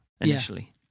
initially